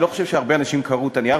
אני לא חושב שהרבה אנשים קראו את הנייר,